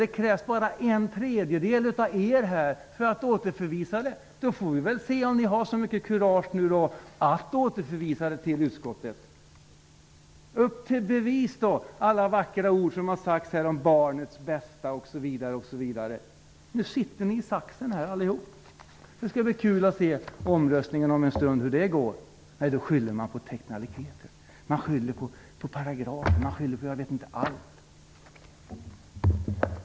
Det krävs bara en tredjedel av era röster för att ärendet skall återförvisas. Nu får vi se om ni har så mycket kurage att ni ställer er bakom en återförvisning till utskottet. Upp till bevis för alla vackra ord som har sagts här om barnens bästa osv.! Nu sitter ni i saxen allihop. Det skall bli kul att se hur det går i omröstningen om en stund. Nej, då skyller man på teknikaliteter, på paragrafer och jag vet inte allt.